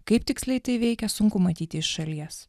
kaip tiksliai tai veikia sunku matyti iš šalies